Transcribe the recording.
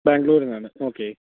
ബാങ്ക്ളൂരില് നിന്നാണ് ഓക്കെ